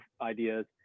ideas